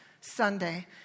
Sunday